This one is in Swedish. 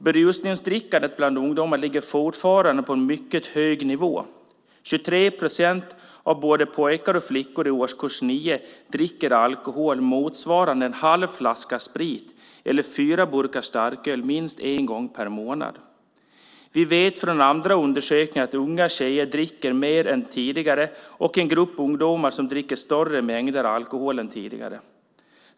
Berusningsdrickandet bland ungdomar ligger fortfarande på en mycket hög nivå. Det är 23 procent av både pojkar och flickor i årskurs 9 som dricker alkohol motsvarande en halv flaska sprit eller fyra burkar starköl minst en gång per månad. Vi vet från andra undersökningar att unga tjejer dricker mer än tidigare, och det finns en grupp ungdomar som dricker större mängder alkohol än tidigare.